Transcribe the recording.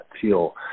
fuel